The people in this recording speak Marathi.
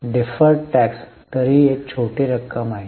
डिफर्ड टॅक्स तरीही एक छोटी रक्कम आहे